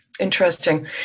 Interesting